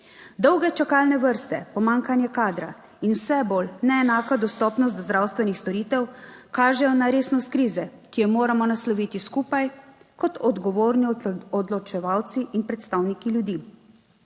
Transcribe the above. Dolge čakalne vrste, pomanjkanje kadra in vse bolj neenaka dostopnost do zdravstvenih storitev kažejo na resnost krize, ki jo moramo nasloviti skupaj kot odgovorni odločevalci in predstavniki ljudi.